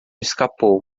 escapou